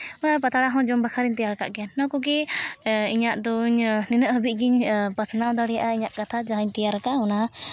ᱯᱟᱛᱲᱟ ᱦᱚᱸ ᱡᱚᱢ ᱵᱟᱠᱷᱨᱟᱧ ᱛᱮᱭᱟᱨ ᱟᱠᱟᱫ ᱜᱮᱭᱟ ᱚᱱᱟ ᱠᱚᱜᱮ ᱤᱧᱟᱹᱜ ᱫᱚᱧ ᱱᱤᱱᱟᱹᱜ ᱦᱟᱹᱵᱤᱡ ᱜᱤᱧ ᱯᱟᱥᱱᱟᱣ ᱫᱟᱲᱮᱭᱟᱜᱼᱟ ᱤᱧᱟᱹᱜ ᱠᱟᱛᱷᱟ ᱡᱟᱦᱟᱸᱭ ᱛᱮᱭᱟᱨ ᱠᱟᱜᱼᱟ ᱚᱱᱟ